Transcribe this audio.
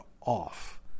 off